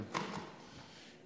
חבר הכנסת רוטמן.